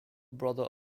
brother